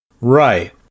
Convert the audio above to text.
Right